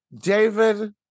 David